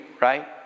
right